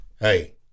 hey